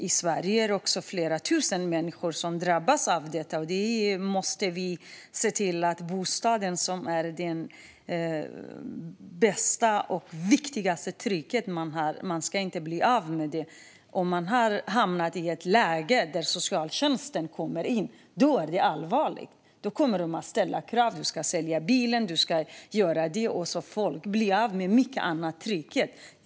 I Sverige är det flera tusen människor som drabbas av detta, och vi måste se till ingen blir av med den bästa och viktigaste tryggheten man har, nämligen bostaden. Om man har hamnat i ett läge där socialtjänsten kommer in är det allvarligt. Socialtjänsten kommer då att ställa krav på att man ska sälja bilen och annat, och då blir folk av med mycket annan trygghet.